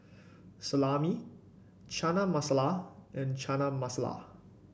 Salami Chana Masala and Chana Masala